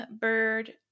bird